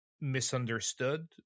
misunderstood